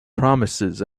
promises